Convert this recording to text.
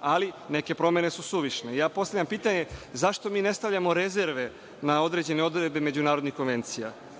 ali neke promene su suvišne. Postavljam pitanje zašto mi ne stavljamo rezerve na određene odredbe međunarodnih konvencija?